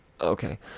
Okay